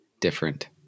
different